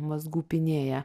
mazgų pinėja